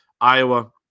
Iowa